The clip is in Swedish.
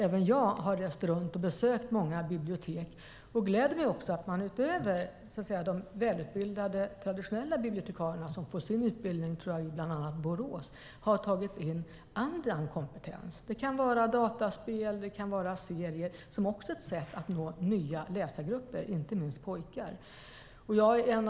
Även jag har rest runt och besökt många bibliotek, och jag gläder mig åt att man utöver de välutbildade, traditionella bibliotekarierna, som jag tror får sin utbildning i bland annat Borås, har tagit in annan kompetens. Det kan handla om dataspel eller serier, som också är ett sätt att nå nya läsargrupper - inte minst pojkar.